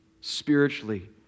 spiritually